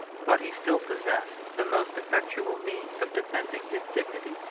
but he still possessed the most effectual means of defending his dignity,